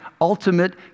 ultimate